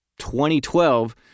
2012